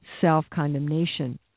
self-condemnation